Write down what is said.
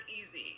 easy